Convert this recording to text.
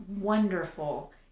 wonderful